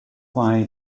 why